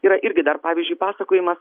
yra irgi dar pavyzdžiui pasakojimas